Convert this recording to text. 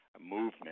movement